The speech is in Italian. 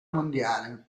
mondiale